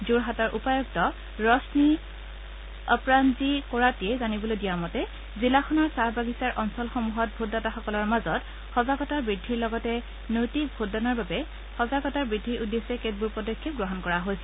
যোৰহাটৰ উপায়ুক্ত ৰোশনী অপৰানজী কোৰাটীয়ে জানিবলৈ দিয়া মতে জিলাখনৰ চাহ বাগিছাৰ অঞ্চলসমূহৰ ভোটদাতাসকলৰ মাজত সজাগতা বৃদ্ধিৰ লগতে নৈতিক ভোটদানৰ বাবে সজাগতা বৃদ্ধিৰ উদ্দেশ্যে কেতবোৰ পদক্ষেপ গ্ৰহণ কৰা হৈছে